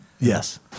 Yes